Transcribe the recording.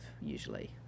usually